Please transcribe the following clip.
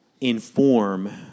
inform